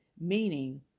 meaning